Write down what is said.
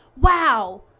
wow